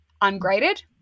ungraded